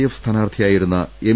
F സ്ഥാനാർത്ഥിയായിരുന്ന M